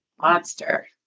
monster